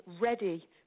ready